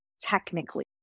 technically